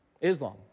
Islam